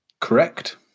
Correct